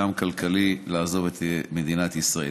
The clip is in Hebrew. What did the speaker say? גם כלכלי, לעזוב את מדינת ישראל.